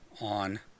on